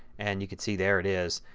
and you can see there it is.